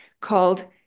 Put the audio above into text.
called